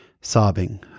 sobbing